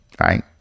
right